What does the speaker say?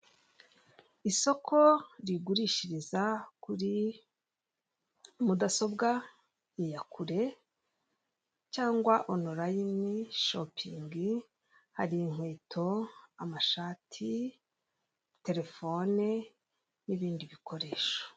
Isoko rigurishiriza kuri mudasobwa iya kure, cyangwa onurayini shopingi, hari inkweto, amashati, terefone n'ibindi bikoresho.